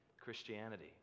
Christianity